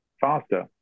faster